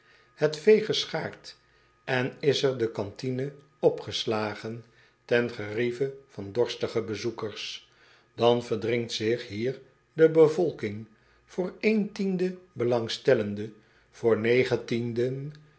het vee geschaard en is er de cantine opgeslagen ten gerieve van de dorstige bezoekers an verdringt zich hier de bevolking voor belangstellenden voor